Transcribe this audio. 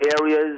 areas—